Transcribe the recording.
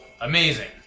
amazing